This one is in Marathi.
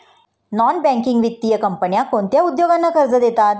नॉन बँकिंग वित्तीय कंपन्या कोणत्या उद्योगांना कर्ज देतात?